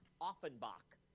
Offenbach